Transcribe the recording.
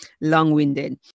long-winded